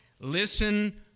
listen